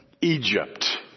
Egypt